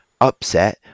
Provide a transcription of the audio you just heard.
upset